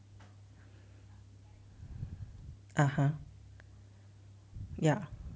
(uh huh) ya